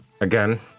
Again